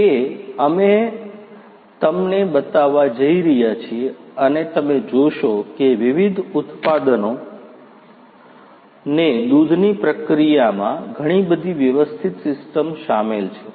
તે અમે હવે તમને બતાવવા જઈ રહ્યા છીએ અને તમે જોશો કે વિવિધ ઉત્પાદનોને દૂધની પ્રક્રિયામાં ઘણી બધી વ્યવસ્થિત સિસ્ટમ શામેલ છે